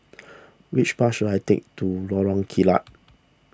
which bus should I take to Lorong Kilat